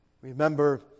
Remember